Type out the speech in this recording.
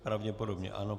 Pravděpodobně ano.